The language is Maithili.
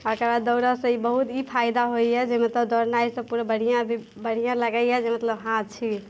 ओकर बाद दौड़यसँ बहुत ई फायदा होइए जे मतलब दौड़नाइसँ पूरा बढ़िआँ भी बढ़िआँ लगैए जे मतलब हँ छी